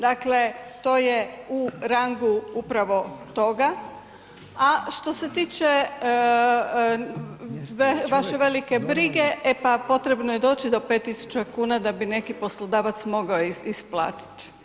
Dakle, to je u rangu upravo toga, a što se tiče vaše velike brige, e pa potrebno je doći do 5 tisuća kuna da bi neki poslodavac mogao isplatiti.